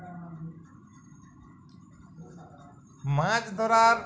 মাছ ধরার